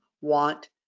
want